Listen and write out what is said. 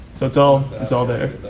so it's all it's all there.